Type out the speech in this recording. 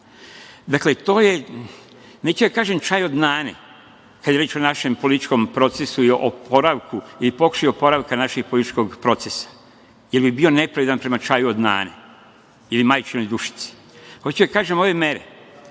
pažnju. Dakle, to je, neću da kažem čaj od nane, kad je reč o našem političkom procesu i oporavku, ili pokušaju oporavka našeg političkog procesa, jer bih bio nepravedan prema čaju od nane ili majčinoj dušici. Hoću da kažem da ove mere